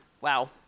Wow